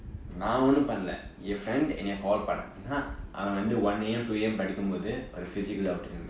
நா ஒன்னும் பன்னல ஆனா என்:naa onnum pannala aanaa yen friend என்னைய:ennaiya call பன்னான் எனா அவன்:pannaan enaa avan one am two am படிக்கும்போது ஒறு:padikumbothu oru physical doubt